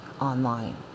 online